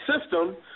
system